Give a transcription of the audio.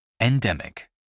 Endemic